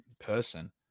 person